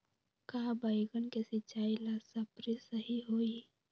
का बैगन के सिचाई ला सप्रे सही होई?